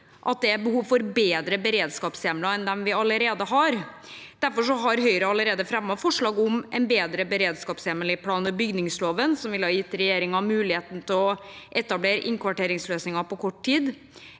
at det er behov for bedre beredskapshjemler enn dem vi allerede har. Derfor har Høyre allerede fremmet forslag om en bedre beredskapshjemmel i plan- og bygningsloven, som ville ha gitt regjeringen mulighet til å etablere innkvarteringsløsninger på kort tid,